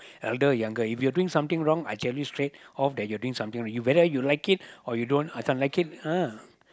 elder or younger if you are doing something wrong I tell you straight off that you are doing something you better you like it or you don't can't like it ah